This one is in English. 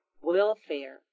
welfare